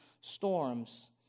storms